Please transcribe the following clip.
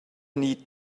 need